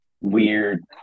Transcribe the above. weird